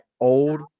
old